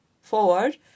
forward